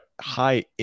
high